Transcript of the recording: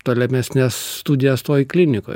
tolimesnes studijas toj klinikoj